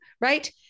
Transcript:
right